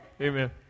amen